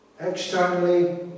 Externally